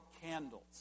candles